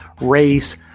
race